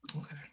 Okay